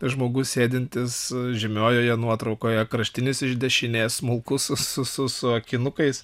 žmogus sėdintis žymiojoje nuotraukoje kraštinis iš dešinės smulkus su su akinukais